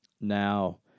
Now